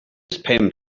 payment